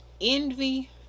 envy